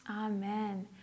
Amen